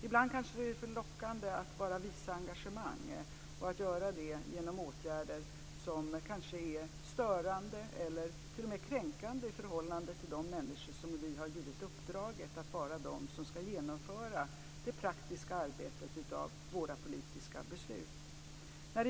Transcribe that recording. Ibland är det kanske lockande att bara visa engagemang och att göra det genom åtgärder som kanske är störande eller t.o.m. kränkande i förhållande till de människor som vi har givit uppdraget att vara de som ska genomföra det praktiska arbete som följer av våra politiska beslut.